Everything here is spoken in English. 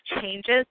changes